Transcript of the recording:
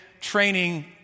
training